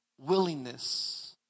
willingness